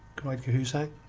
cried cahusac.